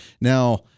Now